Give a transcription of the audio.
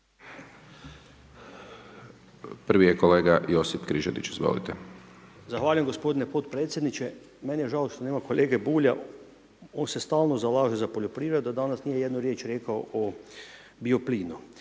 Prvi je kolega Josip Križanić, izvolite. **Križanić, Josip (HDZ)** Zahvaljujem g. potpredsjedniče, meni je žao što nema kolege Bulja, on se stalno zalažu za poljoprivredu, danas nije ni jedu riječ rako o bioplinu.